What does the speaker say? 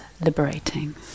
liberating